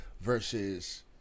versus